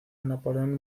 napoleón